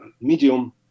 medium